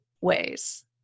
ways